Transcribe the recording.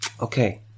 okay